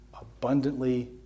abundantly